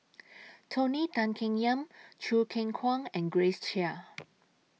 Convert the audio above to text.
Tony Tan Keng Yam Choo Keng Kwang and Grace Chia